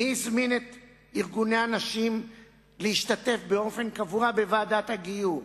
מי הזמין את ארגוני הנשים להשתתף באופן קבוע בוועדת הגיור?